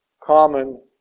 common